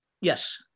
Yes